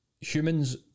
humans